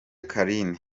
carine